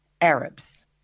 Arabs